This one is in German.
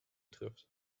trifft